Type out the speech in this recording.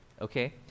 Okay